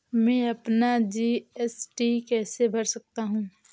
मैं अपना जी.एस.टी कैसे भर सकता हूँ?